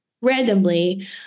randomly